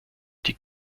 die